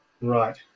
Right